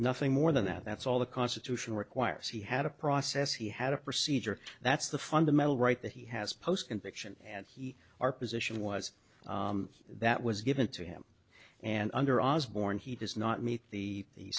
nothing more than that that's all the constitution requires he had a process he had a procedure that's the fundamental right that he has post conviction and he our position was that was given to him and under osborne he does not meet the